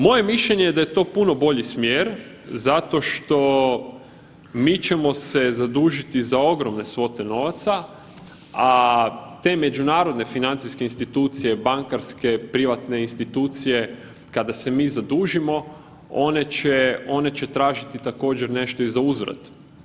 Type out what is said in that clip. Moje mišljenje je da je to puno bolji smjer zato što mi ćemo se zadužiti za ogromne svote novaca, a te međunarodne financijske institucije, bankarske, privatne institucije kada se mi zadužimo one će, one će tražiti također nešto i za uzvrat.